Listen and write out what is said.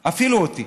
אפילו אותי.